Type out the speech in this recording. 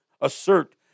assert